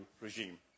regime